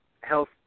health